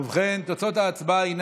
ובכן, תוצאות ההצבעה הן